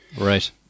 Right